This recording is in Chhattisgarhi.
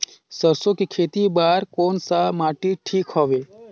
सरसो के खेती बार कोन सा माटी ठीक हवे?